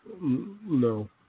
No